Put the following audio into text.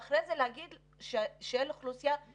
כי אחר כך אומרים שאלה בני נוער שנשרו,